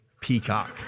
peacock